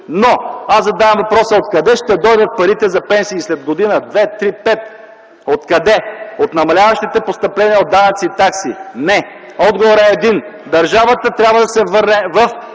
Аз задавам въпроса: откъде ще дойдат парите за пенсии след година-две-три-пет? Откъде – от намаляващите постъпления от данъци и такси? – Не! Отговорът е един – държавата трябва да се върне в